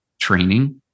training